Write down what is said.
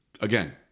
again